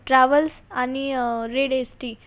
travels आणि red S T